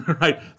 right